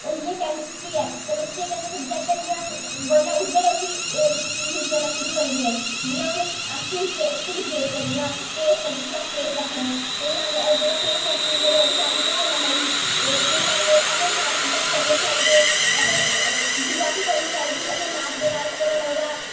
हून जियां केमिस्ट्री ऐ केमिस्ट्री इक्क ऐसा सब्जैक्ट ऐ बडलै उठदे गै उसगी यूज़ करना शुरू करी ओड़ने अस हून जियां टूथपेस्ट ऐ जियां पेस्ट जिसी अस पेस्ट आक्खने आं जेल्लै पेस्ट अस यूज़ करने ओह्बी केमिकल कन्नै बनी दी ते केह् गलांदे असें सारे सब्जेक्ट पढ़ने चाहिदे असें जियोग्रॉफी पढ़नी चाहिदी असेंगी मैथ दे बारै च पता चलदा ऐ